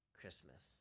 Christmas